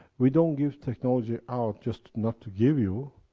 we don't give technology out just not to give you,